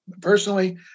Personally